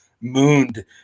mooned